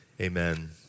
Amen